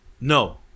No